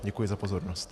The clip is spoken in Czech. Děkuji za pozornost.